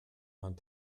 hunt